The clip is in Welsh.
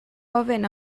ofyn